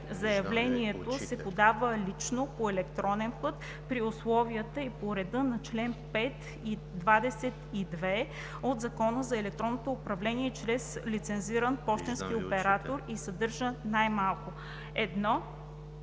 Заявлението се подава лично, по електронен път при условията и по реда на чл. 5 и 22 от Закона за електронното управление или чрез лицензиран пощенски оператор и съдържа най-малко: 1.